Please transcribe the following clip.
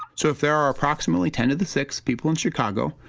so if there are approximately ten to the sixth people in chicago,